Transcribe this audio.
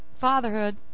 fatherhood